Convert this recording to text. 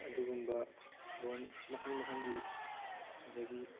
ꯑꯗꯨꯒꯨꯝꯕ ꯂꯣꯟ ꯃꯈꯟ ꯃꯈꯟꯒꯤ ꯑꯗꯒꯤ